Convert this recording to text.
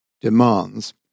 demands